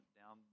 down